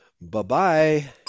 Bye-bye